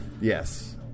Yes